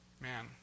Man